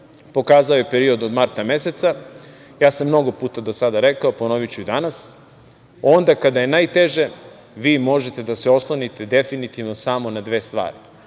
pokazao je period od marta meseca. Mnogo puta sam do sada rekao, ponoviću i danas, onda kada je najteže vi možete da se oslonite definitivno samo na dve stvari,